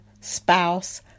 spouse